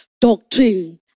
doctrine